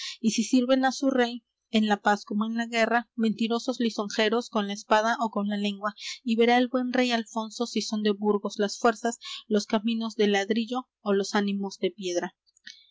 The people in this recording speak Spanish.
si sirven á su rey en la paz como en la guerra mentirosos lisonjeros con la espada ó con la lengua y verá el buen rey alfonso si son de burgos las fuerzas los caminos de ladrillo ó los ánimos de piedra